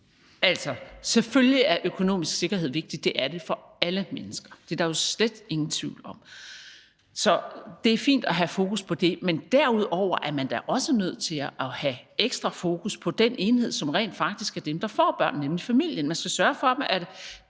Selvfølgelig er økonomisk sikkerhed vigtigt. Det er det for alle mennesker. Det er der jo slet ingen tvivl om. Så det er fint at have fokus på det, men derudover er man da også nødt til at have ekstra fokus på den enhed, som rent faktisk er dem, der får børnene, nemlig familien. Man skal sørge for dem